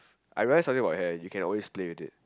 I realised something about hair you can always play with it